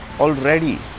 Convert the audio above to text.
already